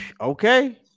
okay